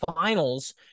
finals